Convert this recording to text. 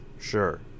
Sure